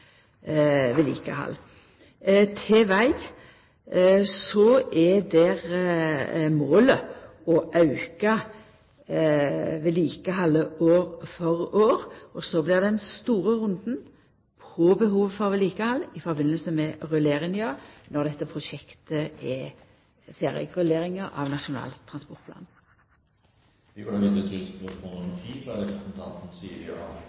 vedlikehald. Når det gjeld veg, er målet å auka vedlikehaldet år for år, og så kjem, når dette prosjektet er ferdig, den store runden med omsyn til behovet for vedlikehald i samband med rulleringa av Nasjonal